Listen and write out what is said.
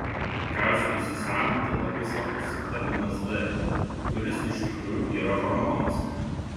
kalciui įsisavinti labai svarbus vitaminas d kuris iš tikrųjų yra hormonas